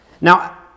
Now